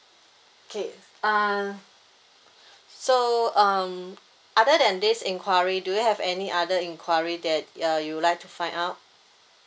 okay uh so um other than this enquiry do you have any other enquiry that uh you would like to find out